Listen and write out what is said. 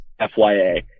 FYA